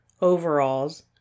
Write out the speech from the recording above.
overalls